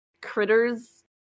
critters